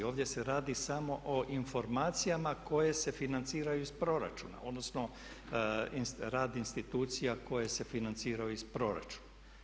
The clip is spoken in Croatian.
Ovdje se radi samo o informacijama koje se financiraju iz proračuna odnosno rad institucija koje se financiraju iz proračuna.